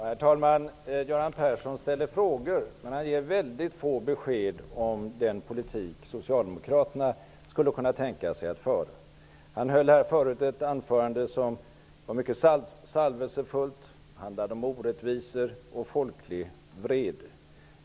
Herr talman! Göran Persson ställer frågor, men han ger väldigt få besked om den politik som socialdemokraterna skulle kunna tänka sig att föra. Han höll förut ett mycket salvelsefullt anförande som handlade om orättvisor och folklig vrede.